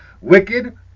Wicked